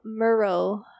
Murrow